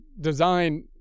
design